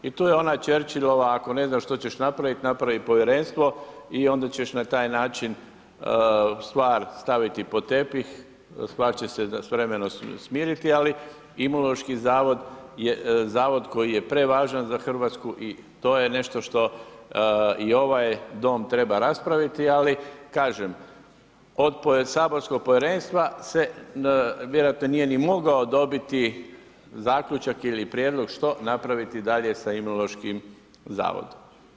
I tu je ona Chercilova ako ne znaš što ćeš napraviti, napravi povjerenstvo i onda ćeš na taj način stvar staviti pod tepih, stvar će se s vremenom smiriti, ali Imunološki zavod je zavod koji je prevažan za Hrvatsku i to je nešto što i ovaj Dom treba raspraviti, ali kažem, od saborskog povjerenstva se vjerojatno nije ni mogao dobiti zaključak ili prijedlog što napraviti dalje sa Imunološkim zavodom?